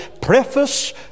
preface